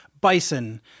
bison